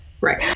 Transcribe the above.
Right